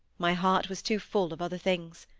my heart was too full of other things.